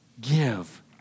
give